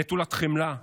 נטולת חמלה.